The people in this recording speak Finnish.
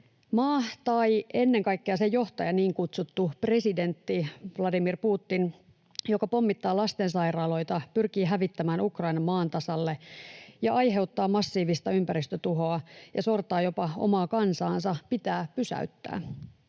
Maa tai ennen kaikkea sen johtaja, niin kutsuttu presidentti Vladimir Putin, joka pommittaa lastensairaaloita, pyrkii hävittämään Ukrainan maan tasalle ja aiheuttaa massiivista ympäristötuhoa ja sortaa jopa omaa kansaansa, pitää pysäyttää.